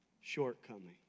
shortcoming